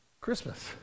Christmas